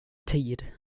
tid